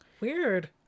Weird